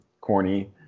corny